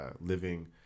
living